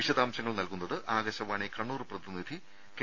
വിശദാംശങ്ങൾ നൽകുന്നത് ആകാശവാണി കണ്ണൂർ പ്രതിനിധി കെ